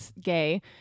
gay